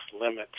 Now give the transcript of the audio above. limits